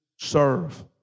serve